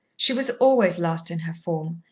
she was always last in her form,